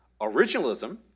originalism